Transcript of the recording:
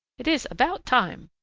it is about time.